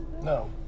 No